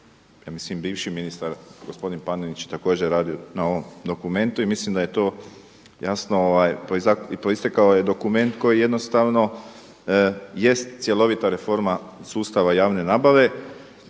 ja mislim bivši ministar gospodin Panenić je također radio na ovom dokumentu i mislim da je to jasno proistekao je dokument koji jednostavno jest cjelovita reforma sustava javne nabave.